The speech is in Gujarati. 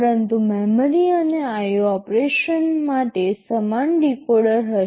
પરંતુ મેમરી અને IO ઓપરેશન માટે સમાન ડીકોડર હશે